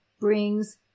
brings